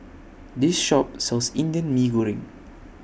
This Shop sells Indian Mee Goreng